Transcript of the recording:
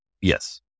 Yes